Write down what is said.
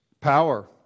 power